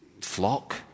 flock